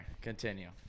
Continue